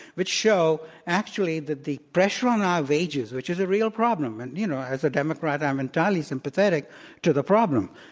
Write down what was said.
which show actually that the pressure on our wages, which is a real problem and, you know, as a democrat i'm entirely sympathetic to the problem.